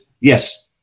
yes